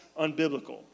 unbiblical